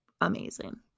amazing